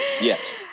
Yes